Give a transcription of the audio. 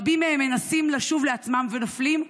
רבים מהם מנסים לשוב לעצמם ונופלים,